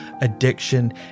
addiction